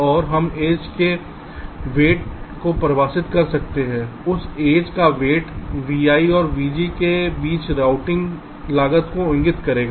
और हम एज के वेट weight को परिभाषित कर सकते हैं उस एज का वेट vi और vj के बीच रूटिंग लागत को इंगित करेगा